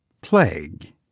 plague